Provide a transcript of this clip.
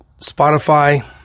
Spotify